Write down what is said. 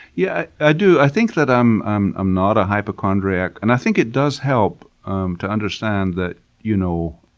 yeah i do. i think that i'm i'm ah not a hypochondriac. and i think it does help to understand that you know